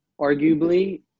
arguably